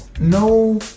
no